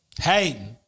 hey